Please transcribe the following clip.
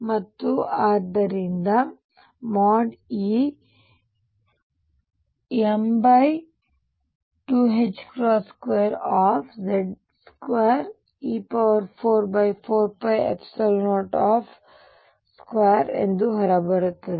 ಮತ್ತು ಆದ್ದರಿಂದ | E | m22Z2e44π02 ಎಂದು ಹೊರಬರುತ್ತದೆ